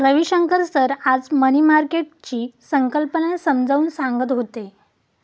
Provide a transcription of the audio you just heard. Ravishankar sir आज money मार्केटची संकल्पना समजावून सांगत होते